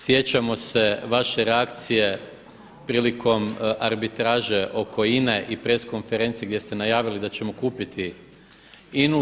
Sjećamo se vaše reakcije prilikom arbitraže oko INA-e i press konferencije gdje ste najavili da ćemo kupiti INA-u.